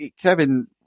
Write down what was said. Kevin